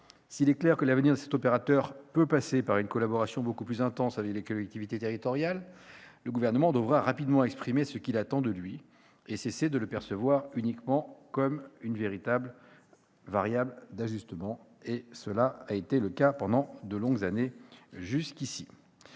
S'il est clair que l'avenir de cet opérateur passe par une collaboration beaucoup plus intense avec les collectivités territoriales, le Gouvernement devra rapidement exprimer ce qu'il attend de lui et cesser de le percevoir uniquement comme une variable d'ajustement, ce qui a été le cas durant de longues années.